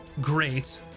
great